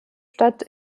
stadt